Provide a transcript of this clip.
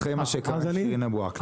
אחרי מה שקרה לשירין אבו עאקלה.